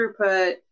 throughput